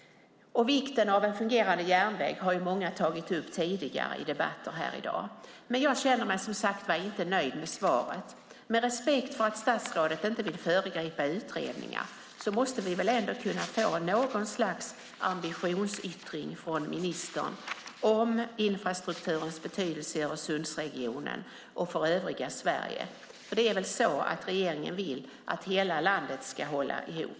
Vikten av en fungerande järnväg har många tagit upp tidigare i debatter här i dag. Jag känner mig som sagt var inte nöjd med svaret. Med respekt för att statsrådet inte vill föregripa utredningar måste vi väl ändå kunna få något slags ambitionsyttring från ministern om infrastrukturens betydelse för Öresundsregionen och för övriga Sverige. Regeringen vill väl att hela landet ska hålla ihop?